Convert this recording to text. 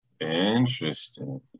Interesting